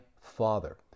Father